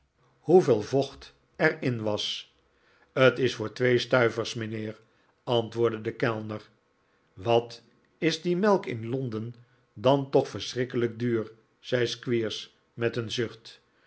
hoeveel vocht er in was t is voor twee stuivers mijnheer antwoordde de kellner wat is die melk in londen dan toch verschrikkelijk duur zei squeers met een zucht